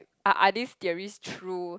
are~ are these theories true